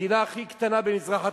המדינה הכי קטנה במזרח התיכון.